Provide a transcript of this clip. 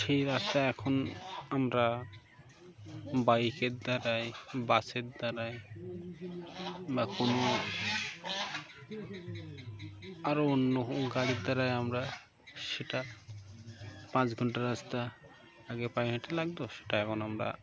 সেই রাস্তা এখন আমরা বাইকের দ্বারাই বাসের দ্বারায় বা কোনো আরও অন্য গাড়ির দ্বারায় আমরা সেটা পাঁচ ঘন্টার রাস্তা আগে পায়ে হেঁটে লাগতো সেটা এখন আমরা